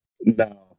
No